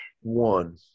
one